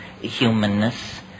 humanness